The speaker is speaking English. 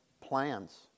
plans